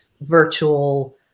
virtual